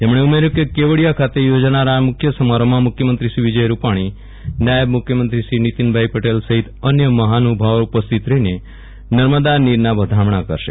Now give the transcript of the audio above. તેમણે ઉમેર્યું કે કેવડિયા ખાતે યોજાનાર આ મુખ્ય સમારોહમાં મુખ્યમંત્રી શ્રી વિજયભાઇ રૂપાજી નાયબ મુખ્યમંત્રી શ્રી નીતિનભાઇ પટેલ સહિત અન્ય મહાનુભાવો ઉપસ્થિત રહીને નર્મદા નીરના વધામણા કરશે